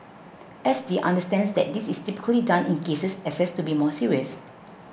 S T understands that this is typically done in cases assessed to be more serious